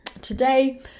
Today